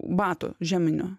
batų žieminių